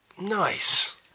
Nice